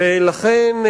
ולכן,